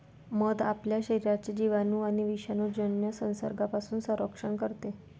मध आपल्या शरीराचे जिवाणू आणि विषाणूजन्य संसर्गापासून संरक्षण करते